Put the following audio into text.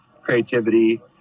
creativity